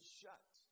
shut